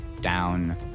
down